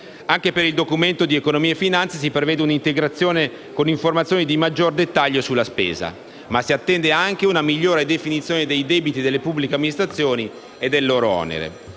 Anche per il Documento di economia e finanza si prevede un'integrazione con informazioni di maggiore dettaglio sulla spesa, ma si attende anche una migliore definizione dei debiti delle pubbliche amministrazioni e del loro onere.